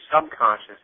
subconscious